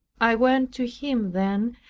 i went to him then,